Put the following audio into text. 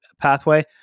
pathway